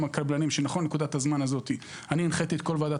הקבלנים שנכון לנקודת הזמן הזאת הנחיתי את כל ועדות